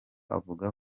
avuga